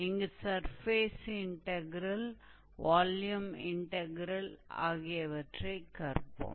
இங்கு surface integral volume integral ஆகியவற்றைக் கற்போம்